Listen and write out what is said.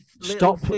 Stop